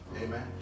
Amen